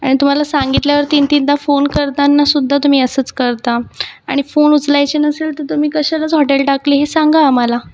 आणि तुम्हाला सांगितल्यावर तीन तीनदा फोन करतानासुद्धा तुम्ही असंच करता आणि फोन उचलायचे नसेल तर तुम्ही कशालाच हॉटेल टाकलं हे सांगा आम्हाला